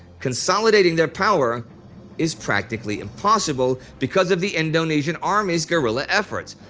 consolidating their power is practically impossible because of the indonesian army's guerrilla efforts.